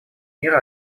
мира